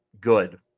good